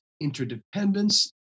interdependence